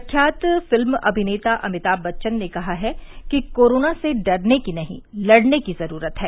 प्रख्यात फिल्म अभिनेता अमिताभ बच्चन ने कहा कि कोरोना से डरने की नहीं लड़ने की जरूरत है